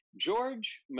George